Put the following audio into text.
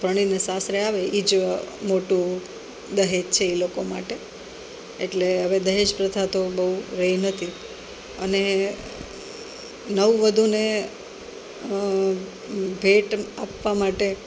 ભણીને સાસરે આવે એ જ મોટું દહેજ છે એ લોકો માટે એટલે અવે દહેજ પ્રથા તો બહુ રહી નથી અને નવવધુને ભેટ આપવા માટે